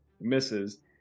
misses